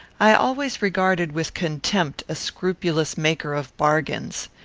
i always regarded with contempt a scrupulous maker of bargains.